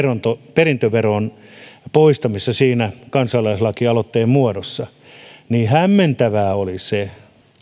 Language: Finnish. perintöveron poistamista siinä kansalaislakialoitteen muodossa niin hämmentävää oli se